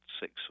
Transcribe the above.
six